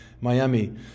Miami